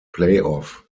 playoff